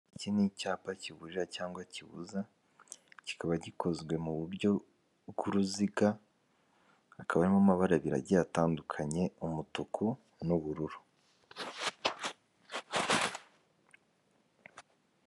Iki n’icyapa kiburira cyangwa kibuza, kikaba gikozwe mu buryo bw'uruziga, hakaba harimo amabara abiri atandukanye, umutuku n'ubururu.